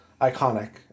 iconic